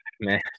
man